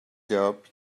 dope